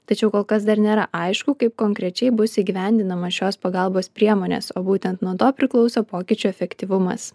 tačiau kol kas dar nėra aišku kaip konkrečiai bus įgyvendinamos šios pagalbos priemonės o būtent nuo to priklauso pokyčių efektyvumas